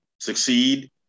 succeed